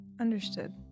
Understood